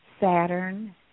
Saturn